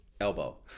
elbow